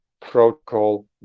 protocol